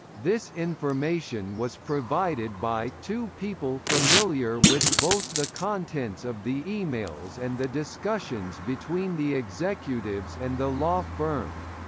this information was provided by two people familiar with both the contents of the e-mails and the discussions between the executives and the law firm.